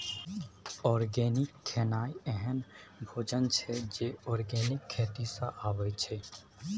organic खेनाइ एहन भोजन छै जे आर्गेनिक खेती सँ अबै छै